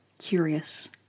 curious